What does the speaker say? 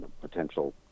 potential